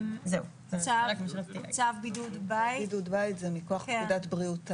צו בידוד בית זה מכוח פקודת בריאות העם,